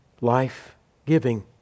life-giving